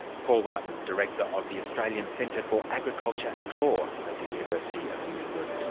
paul martin, director of the australian centre for agriculture and law at the university of new england